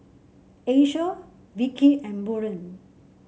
Asia Vikki and Buren